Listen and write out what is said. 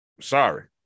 Sorry